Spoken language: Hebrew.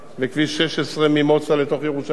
כביש 16 ממוצא לתוך ירושלים,